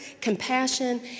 compassion